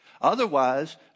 Otherwise